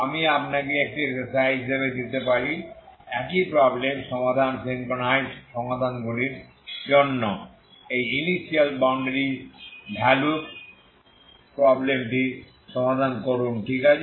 আমি আপনাকে একটি এক্সারসাইজ হিসাবে দিতে পারি একই প্রব্লেম সমাধানে সিঙ্ক্রোনাইজড সমাধানগুলির জন্য এই ইনিশিয়াল বাউন্ডারি ভ্যালু প্রব্লেমটি সমাধান করুন ঠিক আছে